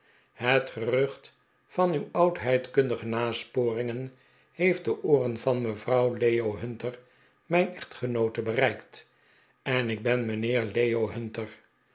het gerucht van uw oudheidkundige nasporingen heeft de ooren van mevrouw leo hunter mijn echtgenoote bereikt ik ben mijnheer leo hunter